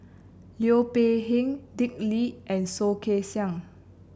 Liu Peihe Dick Lee and Soh Kay Siang